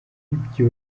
ibyo